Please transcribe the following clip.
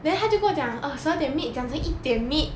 then 她就跟我讲 err 十二点 meet 讲成一点 meet